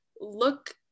look